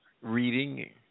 reading